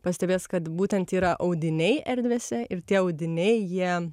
pastebės kad būtent yra audiniai erdvėse ir tie audiniai jie